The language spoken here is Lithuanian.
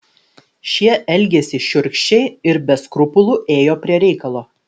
šie elgėsi šiurkščiai ir be skrupulų ėjo prie reikalo